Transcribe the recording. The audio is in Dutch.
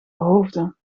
hoofden